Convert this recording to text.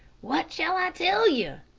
what shall i tell you?